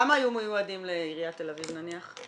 כמה היו מיועדים לעיריית תל אביב, ארבעה?